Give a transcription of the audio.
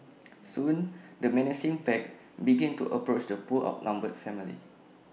soon the menacing pack began to approach the poor outnumbered family